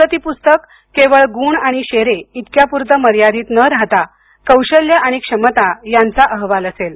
प्रगतीपुस्तक केवळ गुण आणि शेरे तिक्या पुरतं मर्यादित न राहता कौशल्य आणि क्षमता यांचा अहवाल असेल